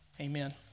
Amen